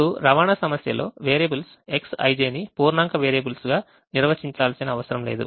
ఇప్పుడు రవాణా సమస్యలో వేరియబుల్స్ Xij ని పూర్ణాంక వేరియబుల్స్గా నిర్వచించాల్సిన అవసరం లేదు